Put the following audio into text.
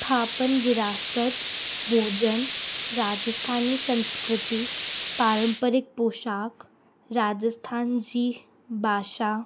थापन विरासत भोजन राजस्थानी संस्कृति पारंपरिक पोशाक राजस्थान जी भाषा